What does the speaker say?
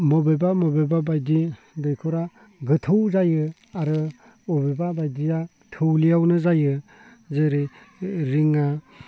बबेबा बबेबा बायदि दैखरा गोथौ जायो आरो बबेबा बायदिया थौलेयावनो जायो जेरै रिङा